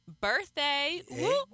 birthday